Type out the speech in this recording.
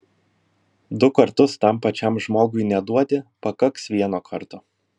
du kartus tam pačiam žmogui neduoti pakaks vieno karto